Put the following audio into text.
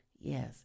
Yes